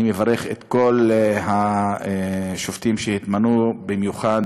אני מברך את כל השופטים שהתמנו, במיוחד